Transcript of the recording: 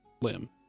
limb